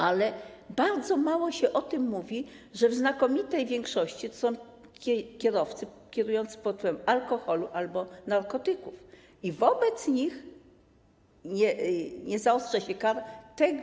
Ale bardzo mało się o tym mówi, że w znakomitej większości to są kierowcy kierujący pod wpływem alkoholu albo narkotyków, a wobec nich nie zaostrza się kar.